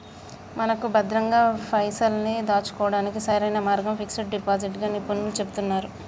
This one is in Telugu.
మనకు భద్రంగా పైసల్ని దాచుకోవడానికి సరైన మార్గం ఫిక్స్ డిపాజిట్ గా నిపుణులు చెబుతున్నారు